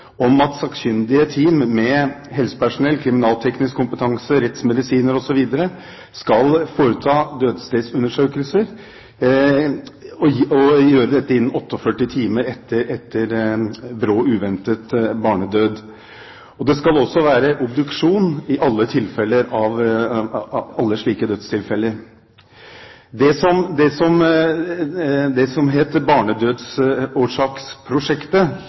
om at sakkyndige team med helsepersonell, kriminalteknisk kompetanse, rettsmedisinere osv. skal foreta dødsstedsundersøkelser, og gjøre dette innen 48 timer etter brå, uventet barnedød. Det skal også være obduksjon i alle tilfeller av slike dødstilfeller. Det som Barnedødsårsaksprosjektet 2001–2004, som